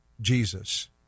Jesus